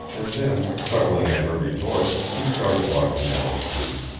and then, chuckling at her retort, he started walking down the street.